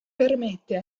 permette